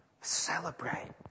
Celebrate